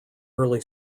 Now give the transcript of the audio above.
early